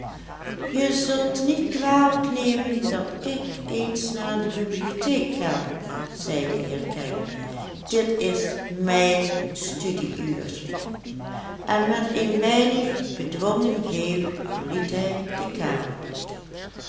je zult niet kwalijk nemen dat ik eens naar de bibliotheek ga zei de heer kegge dit is mijn studie uurtje en met een weinig bedwongen geeuw verliet hij de kamer